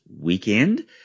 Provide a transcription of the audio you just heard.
weekend